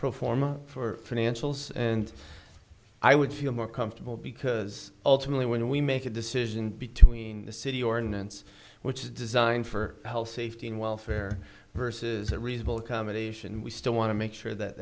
pro forma for mantles and i would feel more comfortable because ultimately when we make a decision between the city ordinance which is designed for health safety and welfare versus a reasonable accommodation we still want to make sure that